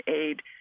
aid